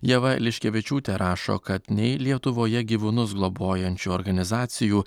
ieva liškevičiūtė rašo kad nei lietuvoje gyvūnus globojančių organizacijų